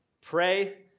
pray